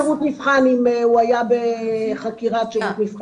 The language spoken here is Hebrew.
או שירות מבחן אם הוא היה בחקירת שירות מבחן.